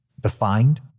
defined